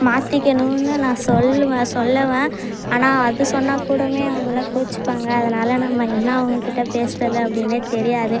மாற்றிக்கனுன்னு நான் சொல்லுவேன் சொல்லுவேன் ஆனால் அது சொன்னால் கூடமே அவங்களாம் கோச்சிப்பாங்க அதனால் நம்ம என்ன அவங்க கிட்ட பேசுகிறது அப்டின்னே தெரியாது